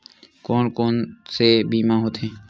कोन कोन से बीमा होथे?